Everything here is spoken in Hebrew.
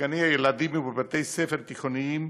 בגני-ילדים ובבתי-ספר תיכוניים